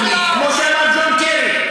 תוביל למדינה דו-לאומית, כמו שאמר ג'ון קרי.